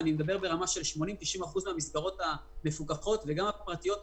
80%, 90% מהמסגרות המפוקחות והפרטיות נפתחו.